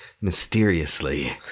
Mysteriously